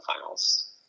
finals